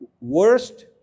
worst